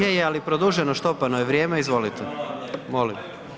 Je, je, ali je produženo, štopano je vrijeme, izvolite [[Upadica: Hvala vam lijepo.]] Molim.